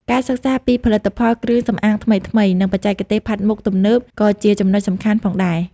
ការសិក្សាពីផលិតផលគ្រឿងសម្អាងថ្មីៗ និងបច្ចេកទេសផាត់មុខទំនើបក៏ជាចំណុចសំខាន់ផងដែរ។